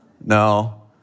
No